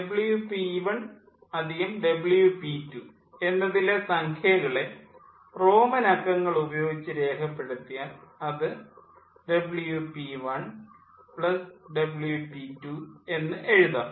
Wp1 Wp2 എന്നതിലെ സംഖ്യകളെ Roman അക്കങ്ങൾ ഉപയോഗിച്ച് രേഖപ്പെടുത്തിയാൽ അത് WpI WpII എന്ന് എഴുതാം